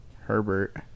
Herbert